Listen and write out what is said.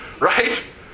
Right